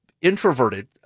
introverted